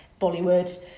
Bollywood